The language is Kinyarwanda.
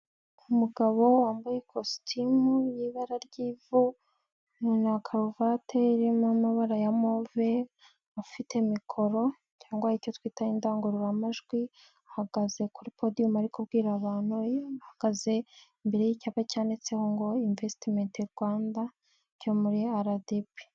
Umugabo wambaye ikositimu y'ibara ry'ivu na karuvati irimo amabara ya move, afite mikoro cyangwa icyo twita indangururamajwi, ahagaze kuri podiyumu ari kubwira abantu, ahagaze imbere y'icyapa cyanditseho ngo invesitimenti rwanda cyo muri aradibi.